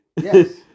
Yes